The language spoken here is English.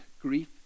grief